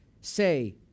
say